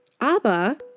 Abba